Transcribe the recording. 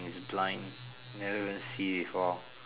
he's blind never even see before